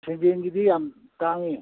ꯁꯦꯟꯖꯦꯡꯒꯤꯗꯤ ꯌꯥꯝ ꯇꯥꯡꯏ